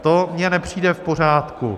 To mně nepřijde v pořádku.